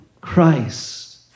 Christ